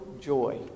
joy